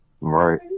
right